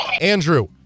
Andrew